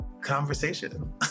conversation